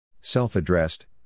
Self-addressed